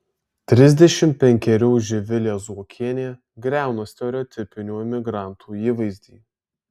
trisdešimt penkerių živilė zuokienė griauna stereotipinių emigrantų įvaizdį